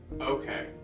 Okay